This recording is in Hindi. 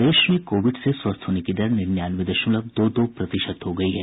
प्रदेश में कोविड से स्वस्थ होने की दर निन्यानवे दशमलव दो दो प्रतिशत हो गयी है